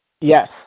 Yes